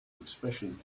expression